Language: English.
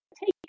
Take